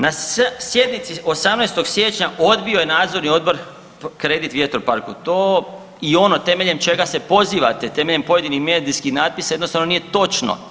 Na sjednici 18. siječnja odbio je nadzorni odbor kredit vjetroparku, to i ono temeljem čega se pozivate, temeljem pojedinih medijskih natpisa jednostavno nije točno.